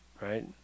right